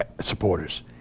supporters